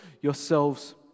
yourselves